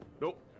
nope